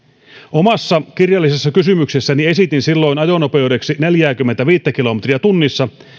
omassa kirjallisessa kysymyksessäni esitin silloin ajonopeudeksi neljääkymmentäviittä kilometriä tunnissa